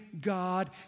God